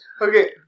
Okay